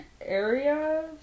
areas